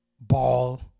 Ball